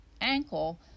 ankle